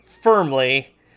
firmly